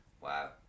Wow